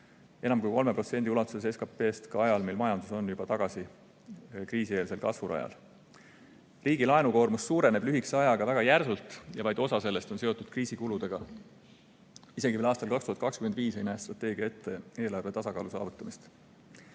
enam kui 3% ulatuses SKP-st ka ajal, mil majandus on juba tagasi kriisieelsel kasvurajal. Riigi laenukoormus suureneb lühikese ajaga väga järsult ja vaid osa sellest on seotud kriisikuludega. Isegi veel aastal 2025 ei näe strateegia ette eelarvetasakaalu saavutamist.